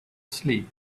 sleep